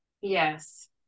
Yes